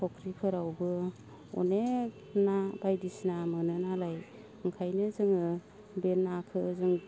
फुख्रिफोरावबो अनेख ना बायदिसिना मोनोनालाय ओंखायनो जोङो बे नाखो जों